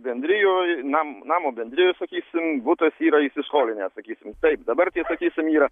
bendrijoj nam namo bendrijoj sakysim butas yra įsiskolinęs sakysim taip dabar tai sakysim yra